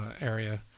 area